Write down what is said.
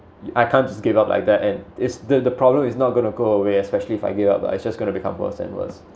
I can't just give up like that and it's the problem is not gonna go away especially if I gave up it's just gonna become worse and worse